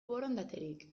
borondaterik